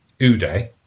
Uday